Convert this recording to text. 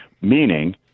Meaning